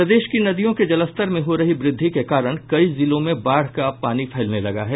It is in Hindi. प्रदेश की नदियों के जलस्तर में हो रही वृद्धि के कारण कई इलाकों में बाढ़ का पानी फैलने लगा है